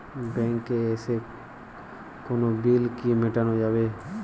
ব্যাংকে এসে কোনো বিল কি মেটানো যাবে?